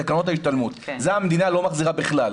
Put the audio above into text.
קרנות ההשתלמות שאת זה המדינה לא מחזירה בכלל.